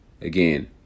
Again